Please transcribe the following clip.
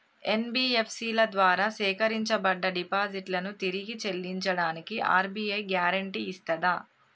NBFC ల ద్వారా సేకరించబడ్డ డిపాజిట్లను తిరిగి చెల్లించడానికి ఆర్.బి.ఐ గ్యారెంటీ ఇస్తదా?